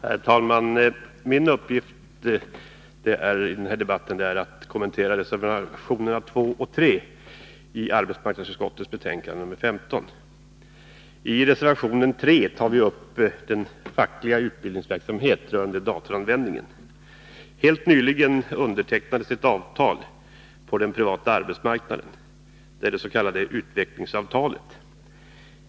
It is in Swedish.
Herr talman! Min uppgift i denna debatt är att kommentera reservationerna 3 och 4 vid arbetsmarknadsutskottets betänkande nr 15. I reservation 3 tar vi upp den fackliga utbildningsverksamheten rörande datoranvändningen. Helt nyligen undertecknades ett avtal på den privata arbetsmarknaden, det s.k. utvecklingsavtalet.